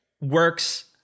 works